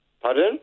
Pardon